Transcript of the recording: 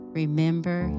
remember